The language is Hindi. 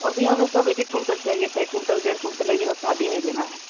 और भैया हमें सब एक एक कुंटल चाहिए था एक कुंटल डेढ़ कुंटल एक जगह शादी में देना है